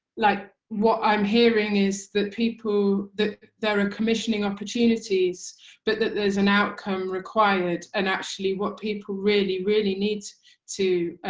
like, what i'm hearing is that people, that there are commissioning opportunities but that there's an outcome required and actually what people really, really need to